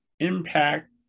impact